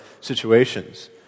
situations